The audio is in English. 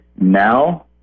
now